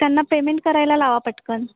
त्यांना पेमेंट करायला लावा पटकन